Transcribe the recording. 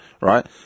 right